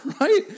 Right